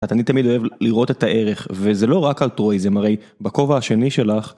אני תמיד אוהב לראות את הערך, וזה לא רק אלטרואיזם, הרי בכובע השני שלך